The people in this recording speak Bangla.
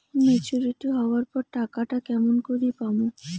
মেচুরিটি হবার পর টাকাটা কেমন করি পামু?